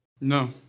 no